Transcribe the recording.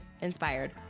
Inspired